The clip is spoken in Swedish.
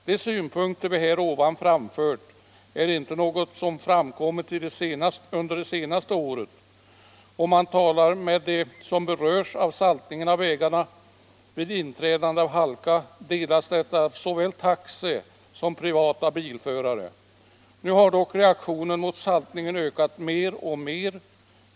De synpunkter vi härovan framfört är inte något som framkommit de senaste åren. Om man talar med de som beröras av saltningen av vägarna — vid inträdande av halka — delas det av såväl taxisom privata bilförare. Nu har dock reaktionen mot saltningen ökat mer och mer.